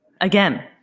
again